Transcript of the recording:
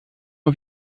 mal